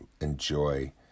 enjoy